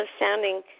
sounding